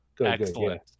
Excellent